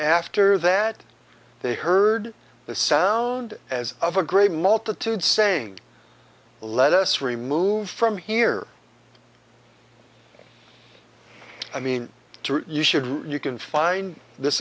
after that they heard the sound as of a great multitude saying let us remove from here i mean to you should you can find this